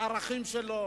בערכים שלו.